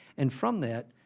and from that,